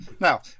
Now